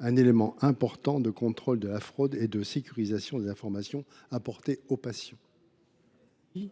un élément important de contrôle de la fraude et de sécurisation des informations apportées aux patients. Quel est